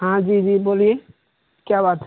ہاں جی جی بولیے کیا بات ہے